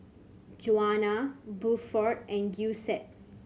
Juana Buford and Giuseppe